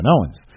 Owens